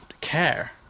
care